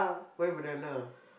why banana